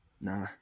Nah